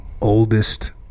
oldest